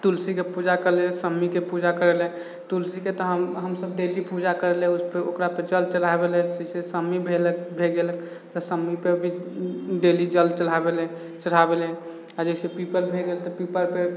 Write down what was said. तुलसी के पूजा करीले सम्मी के पूजा करीले तुलसी के तऽ हमसब डेली पूजा करीले ओकरापे जल चढ़ाबिले जैसे सम्मी भए गेल तऽ सम्मी पे भी डेली जल चढ़ाबिले चढ़ाबिले आ जइसे पीपल भए गेल तऽ पीपल पे